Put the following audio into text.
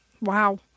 wow